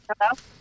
Hello